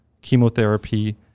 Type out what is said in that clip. chemotherapy